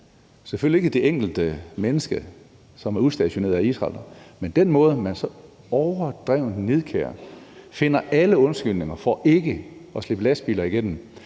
selvfølgelig ikke på det enkelte menneske, som er udstationeret af Israel. Men den måde, hvorpå man så overdrevent nidkært finder alle undskyldninger for ikke at slippe lastbiler igennem,